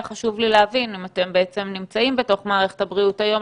חשוב לי להבין אם אתם נמצאים בתוך מערכת הבריאות היום,